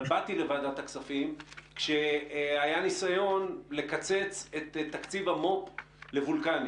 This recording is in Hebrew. אבל באתי לוועדת הכספים כשהיה ניסיון לקצץ את תקציב המו"פ לוולקני